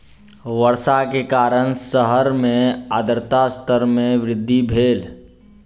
वर्षा के कारण शहर मे आर्द्रता स्तर मे वृद्धि भेल